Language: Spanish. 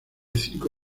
cinco